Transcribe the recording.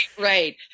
Right